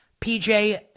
PJ